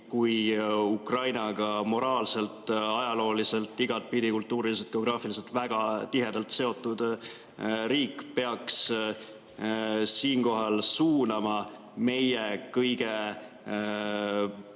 kui Ukrainaga moraalselt, ajalooliselt, kultuuriliselt ning geograafiliselt igatepidi väga tihedalt seotud riik peaks siinkohal suunama meie kõige